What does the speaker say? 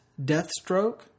Deathstroke